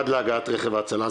עד להגעת רכב ההצלה,